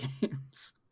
games